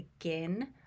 again